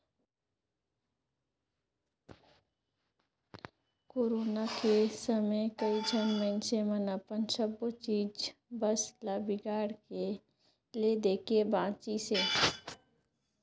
corona के समे कइझन मइनसे मन अपन सबो चीच बस ल बिगाड़ के ले देके बांचिसें